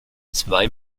zwei